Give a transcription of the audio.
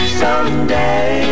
someday